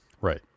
Right